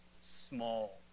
small